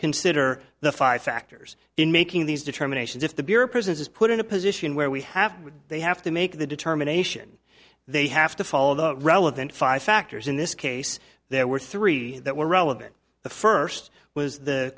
consider the five factors in making these determinations if the bureau of prisons is put in a position where we have to they have to make the determination they have to follow the relevant five factors in this case there were three that were relevant the first was the